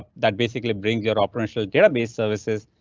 that basically brings your operational database services.